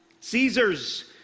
Caesar's